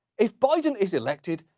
if biden is elected,